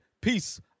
Peace